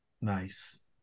nice